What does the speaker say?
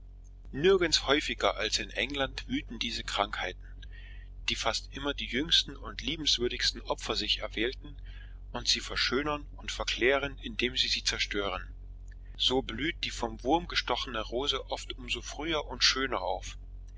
nirgends häufiger als in england wüten diese krankheiten die fast immer die jüngsten und liebenswürdigsten opfer sich erwählten und sie verschönen und verklären indem sie sie zerstören so blüht die vom wurm gestochene rose oft um so früher und schöner auf